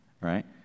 Right